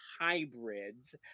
hybrids